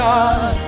God